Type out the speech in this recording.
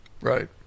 Right